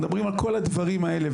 אנחנו מדברים על כל הדברים האלה.